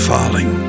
Falling